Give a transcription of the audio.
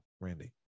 Randy